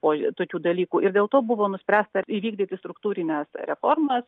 oi tokių dalykų ir dėl to buvo nuspręsta įvykdyti struktūrines reformas